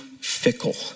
fickle